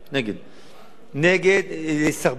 יסרבל את היכולת והסמכויות של שרים.